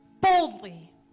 boldly